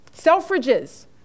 Selfridges